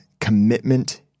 commitment